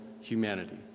humanity